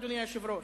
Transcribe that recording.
אדוני היושב-ראש.